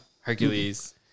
Hercules